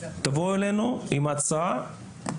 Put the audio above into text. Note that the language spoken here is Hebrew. בואו אלינו עם הצעה,